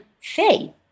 say